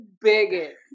bigot